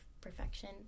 perfection